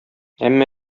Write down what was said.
әмма